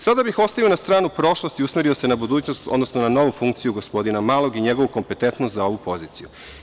Sada bih ostavio na stranu prošlost i usmerio se na budućnost, odnosno na novu funkciju gospodina Malog i njegovu kompetentnost za ovu poziciju.